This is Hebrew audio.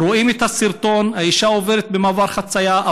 רואים את הסרטון: האישה עוברת במעבר חציה,